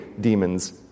demons